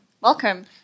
Welcome